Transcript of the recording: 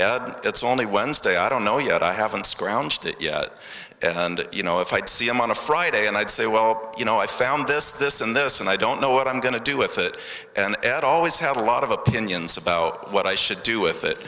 well it's only wednesday i don't know yet i haven't scrounged you know if i'd see him on a friday and i'd say well you know i found this this and this and i don't know what i'm going to do with it and at always have a lot of opinions about what i should do with it